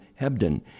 Hebden